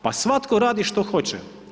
Pa svatko radi što hoće.